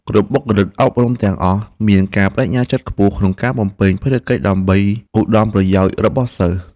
គ្រប់បុគ្គលិកអប់រំទាំងអស់មានការប្តេជ្ញាចិត្តខ្ពស់ក្នុងការបំពេញភារកិច្ចដើម្បីឧត្តមប្រយោជន៍របស់សិស្ស។